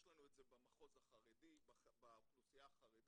יש לנו את זה במחוז החרדי באוכלוסייה החרדית,